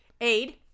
Aid